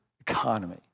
economy